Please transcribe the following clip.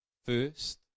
First